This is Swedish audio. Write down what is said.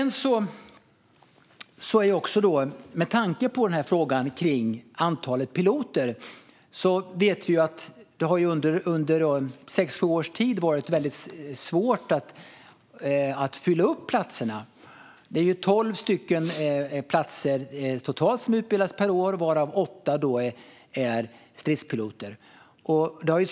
När det gäller antalet piloter vet vi att det under sex sju års tid varit svårt att fylla upp platserna. Det är totalt tolv utbildningsplatser per år, varav åtta är för stridspiloter.